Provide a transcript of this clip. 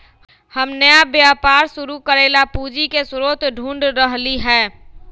हम नया व्यापार शुरू करे ला पूंजी के स्रोत ढूढ़ रहली है